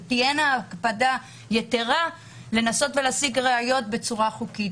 תהיה יותר הקפדה על חיפושים וניסיונות להשיג ראיות בצורה חוקית.